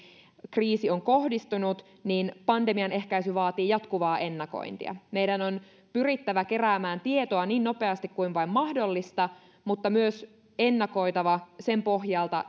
kriisi on kohdistunut niin pandemian ehkäisy vaatii jatkuvaa ennakointia meidän on pyrittävä keräämään tietoa niin nopeasti kuin vain mahdollista mutta myös ennakoitava sen pohjalta